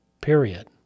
period